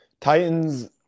Titans